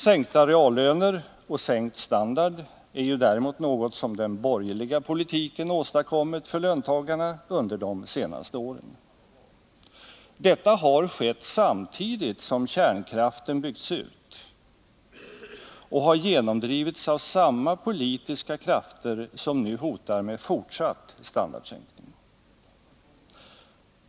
Sänkta reallöner och sänkt standard är ju däremot något som den borgerliga politiken åstadkommit för löntagarna under de senaste åren. Detta har skett samtidigt som kärnkraften byggts ut och har genomdrivits av samma politiska krafter som nu hotar med fortsatt standardsänkning.